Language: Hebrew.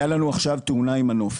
הייתה לנו עכשיו תאונה עם מנוף.